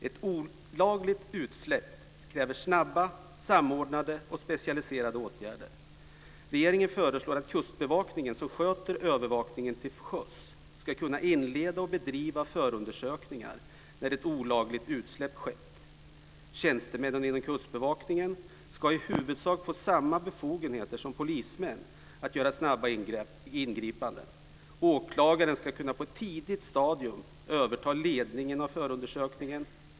Ett olagligt utsläpp kräver snabba samordnade och specialiserade åtgärder. Regeringen föreslår att Kustbevakningen, som sköter övervakningen till sjöss, ska kunna inleda och bedriva förundersökningar när ett olagligt utsläpp skett. Tjänstemännen inom Kustbevakningen ska i huvudsak få samma befogenheter som polismän att göra snabba ingripanden. Åklagaren ska på ett tidigt stadium kunna överta ledningen av förundersökningen.